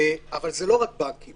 אבל זה לא רק בנקים